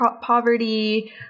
poverty